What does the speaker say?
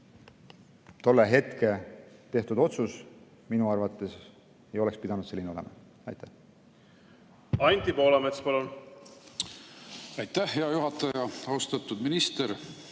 Tollel hetkel tehtud otsus minu arvates ei oleks pidanud selline olema. Aitäh